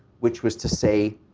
which was to say,